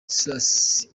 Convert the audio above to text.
cyrus